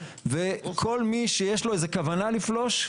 כל מי שיש לו איזו כוונה לפלוש,